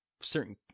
certain